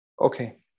Okay